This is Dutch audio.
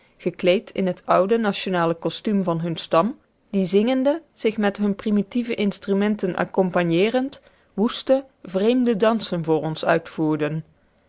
gekleed in het oude nationale kostuum van hunnen stam die zingende zich met hunne primitieve instrumenten accompagneerend woeste vreemde dansen voor ons uitvoerden